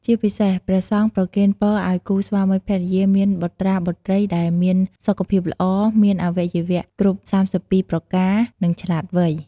ជាពិសេស ព្រះសង្ឃប្រគេនពរឲ្យគូស្វាមីភរិយាមានបុត្រាបុត្រីដែលមានសុខភាពល្អ មានអាវៈយុវៈគ្រប់៣២ប្រការ និងឆ្លាតវៃ។